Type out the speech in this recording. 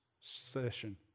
session